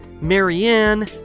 Marianne